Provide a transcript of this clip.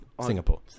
Singapore